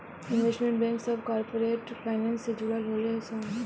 investment bank सभ corporate finance से जुड़ल होले सन